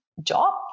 job